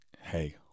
hey